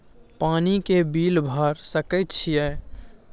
पानी के बिल भर सके छियै?